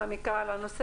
על מה את מדברת?